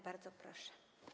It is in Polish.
Bardzo proszę.